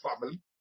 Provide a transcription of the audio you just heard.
family